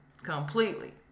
completely